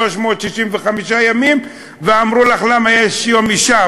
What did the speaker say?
365 ימים, ואמרו לך: למה יש יום אישה?